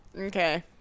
Okay